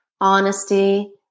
honesty